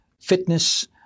fitness